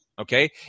Okay